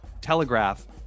Telegraph